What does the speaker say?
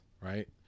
right